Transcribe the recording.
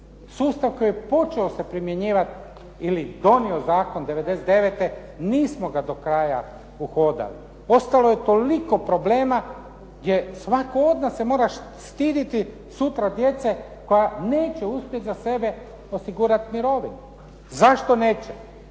Sustav koji je počeo se primjenjivati ili donio zakon '99., nismo ga do kraja uhodali. Ostalo je toliko problema gdje svatko od nas se mora stiditi sutra djece koja neće uspjeti za sebe osigurati mirovinu. Zašto neće?